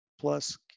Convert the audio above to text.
plus